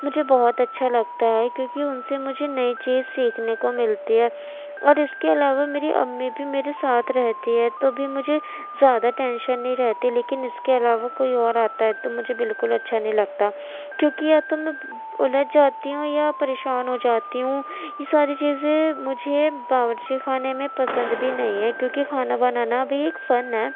مجھے بہت اچھا لگتا ہے کیونکہ ان سے مجھے نئی چیز سیکھنے کو ملتی ہے اور اس کے علاوہ میری امی بھی میری ساتھ رہتی ہے تو بھی مجھے زیادہ ٹینشن نہیں رہتی لیکن اس کے علاوہ کوئی اور آتا ہے تو مجھے بالکل اچھا نہیں لگتا کیونکہ یا تو میں الجھ جاتی ہوں یا پریشان ہو جاتی ہوں یہ ساری چیزیں مجھے باورچی کھانے میں پسند بھی نہیں ہے کیونکہ کھانا بنانا بھی ایک فن ہے